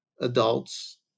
adults